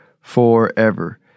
forever